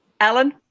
Alan